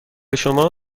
شما